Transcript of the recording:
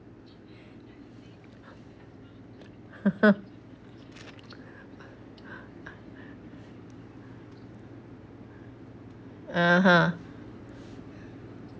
(uh huh)